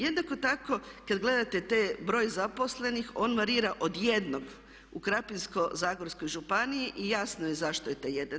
Jednako tako kad gledate te broj zaposlenih on varira od jednog u Krapinsko-zagorskoj županiji i jasno je zašto je taj jedan.